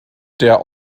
der